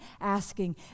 asking